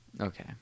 Okay